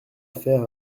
faire